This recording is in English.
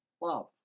love